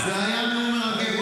תמצא דרך להתנצל.